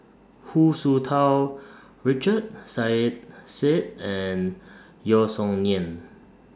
Hu Tsu Tau Richard Saiedah Said and Yeo Song Nian